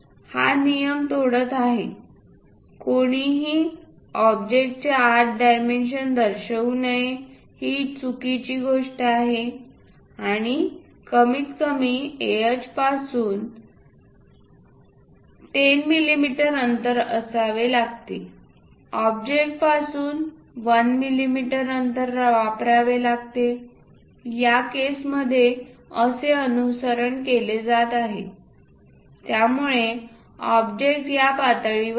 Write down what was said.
हा नियम तोडत आहे कोणीही ऑब्जेक्टच्या आत डायमेन्शन दर्शवू नये जी चुकीची गोष्ट आहे आणि कमीतकमी ah पासून 10 मिलिमीटर अंतर असावे लागते ऑब्जेक्टपासून 1 मिलिमीटर अंतर वापरावे लागते या केस मध्ये असे अनुसरण केले जात आहे त्यामुळे ऑब्जेक्ट या पातळीवर आहे